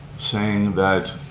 saying that